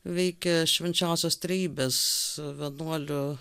veikė švenčiausios trejybės vienuolių